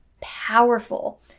powerful